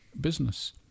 Business